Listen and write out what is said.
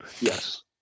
Yes